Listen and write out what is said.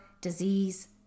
disease